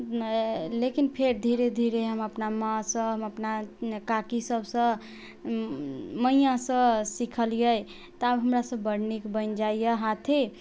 लेकिन फेर धीरे धीरे हम अपना माँसँ हम अपना काकी सबसँ मैयासँ सिखलियै तऽ आब हमरासँ बड़ नीक बनि जाइए हाथी